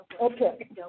Okay